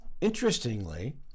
Interestingly